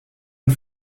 und